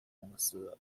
公司